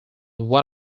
one